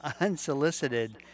unsolicited